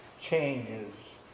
changes